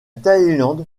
thaïlande